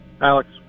Alex